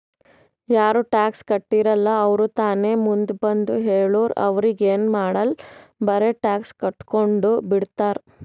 ಯಾರು ಟ್ಯಾಕ್ಸ್ ಕಟ್ಟಿರಲ್ಲ ಅವ್ರು ತಾನೇ ಮುಂದ್ ಬಂದು ಹೇಳುರ್ ಅವ್ರಿಗ ಎನ್ ಮಾಡಾಲ್ ಬರೆ ಟ್ಯಾಕ್ಸ್ ಕಟ್ಗೊಂಡು ಬಿಡ್ತಾರ್